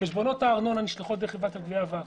חשבונות הארנונה נשלחים לחברת הגבייה והכול.